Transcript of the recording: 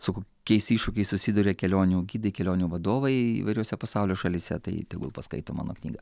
su kiais iššūkiais susiduria kelionių gidai kelionių vadovai įvairiose pasaulio šalyse tai tegul paskaito mano knygą